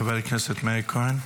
חבר הכנסת מאיר כהן.